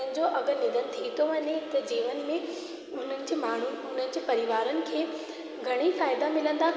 कंहिं जो अगरि निधनु थी थो वञे त जीवन में उन्हनि जे माण्हू उन्हनि जे परिवारनि खे घणेइ फ़ाइदा मिलंदा